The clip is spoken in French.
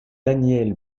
daniel